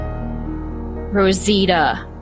Rosita